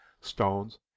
stones